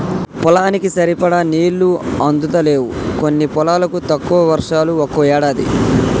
పొలానికి సరిపడా నీళ్లు అందుతలేవు కొన్ని పొలాలకు, తక్కువ వర్షాలు ఒక్కో ఏడాది